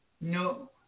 no